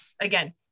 again